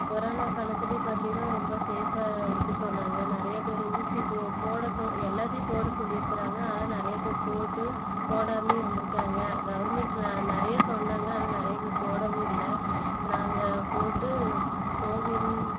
corona காலத்துலேயே பார்த்தீங்கன்னா ரொம்ப சேஃபாக இருக்க சொன்னாங்க நிறைய பேர் ஊசி போட எல்லாத்தையும் போட சொல்லிருக்கிறாங்க ஆனால் நிறையா போட்டு போடாமயும் இருந்திருக்குறாங்க கவர்மண்ட் நிறையா சொன்னாங்க ஆனால் நிறைய பேர் போடவும் இல்லை நாங்கள் போட்டு கோவின்